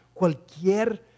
cualquier